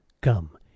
Come